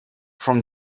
from